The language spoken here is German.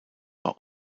war